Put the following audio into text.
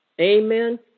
Amen